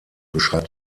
beschreibt